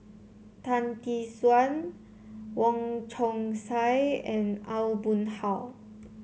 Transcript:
Tan Tee Suan Wong Chong Sai and Aw Boon Haw